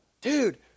Dude